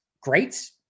great